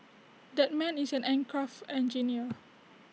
that man is an aircraft engineer